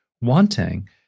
wanting